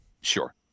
sure